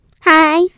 Hi